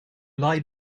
lie